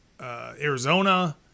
Arizona